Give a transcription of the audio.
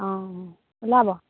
অ অ ওলাব